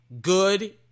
good